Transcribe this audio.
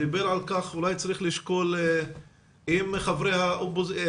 דיבר על כך ואולי צריך לשקול עם חברי הקואליציה,